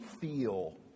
feel